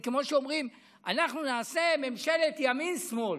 זה כמו שאומרים: אנחנו נעשה ממשלת ימין שמאל,